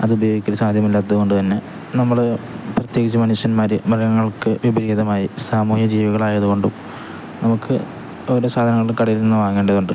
അതുപയോഗിക്കുന്ന സാഹച്യമില്ലാത്തതുകൊണ്ടുതന്നെ നമ്മള് പ്രത്യേകിച്ച് മനുഷ്യന്മാര് മൃഗങ്ങൾക്കു വിപരീതമായി സാമൂഹിക ജീവികളായതുകൊണ്ടും നമുക്ക് ഓരോ സാധനങ്ങളും കടയിൽനിന്നു വാങ്ങേണ്ടതുണ്ട്